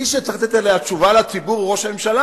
מי שצריך לתת עליה תשובה לציבור הוא ראש הממשלה.